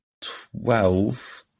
twelve